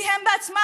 כי הם בעצמם,